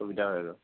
সুবিধা হয় এইটো